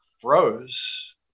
froze